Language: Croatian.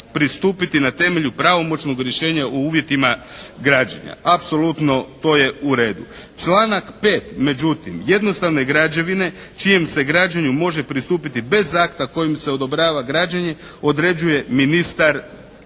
pristupiti na temelju pravomoćnog rješenja o uvjetima građenja. Apsolutno to je u redu. Članak 5. međutim jednostavne građevine čijem se građenju može pristupiti bez akta kojim se odobrava građenje određuje ministar